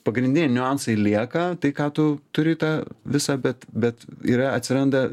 pagrindiniai niuansai lieka tai ką tu turi tą visą bet bet yra atsiranda